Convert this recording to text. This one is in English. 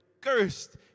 cursed